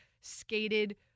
skated